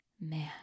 man